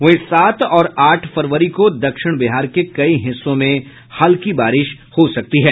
वहीं सात और आठ फरवरी को दक्षिण बिहार के कई हिस्सों में हल्की बारिश हो सकती है